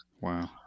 wow